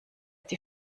die